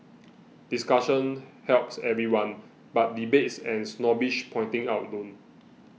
discussion helps everyone but debates and snobbish pointing out don't